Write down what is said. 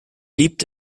liebt